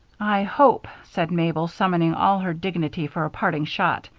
i hope, said mabel, summoning all her dignity for a parting shot,